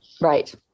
right